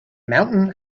mountain